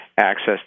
access